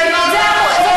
זה לא נכון.